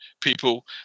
people